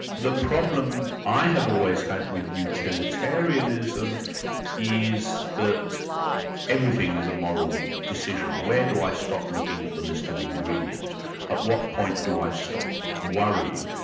the problem i have always had with utilitarianism is that everything is a moral decision. where do i stop looking at the list of ingredients? at what point do i stop worrying?